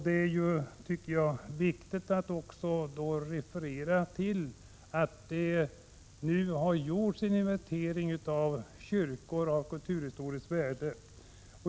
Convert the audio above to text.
Det är viktigt att referera till att det nu har gjorts en inventering av kyrkor av kulturhistoriskt värde.